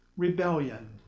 Rebellion